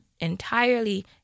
entirely